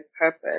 purpose